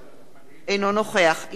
אינו נוכח ליה שמטוב,